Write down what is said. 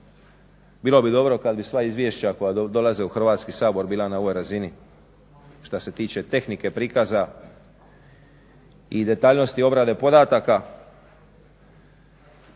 Bilo bi dobro kada bi sva izvješća koja dolaze u Hrvatski sabor bila na ovoj razini, što se tiče tehnike prikaza i detaljnosti obrade podataka.